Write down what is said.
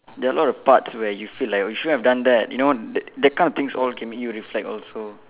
there are a lot of parts where you feel like you shouldn't have done that you know that that kind of things all can make you reflect also